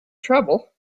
trouble